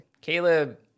Caleb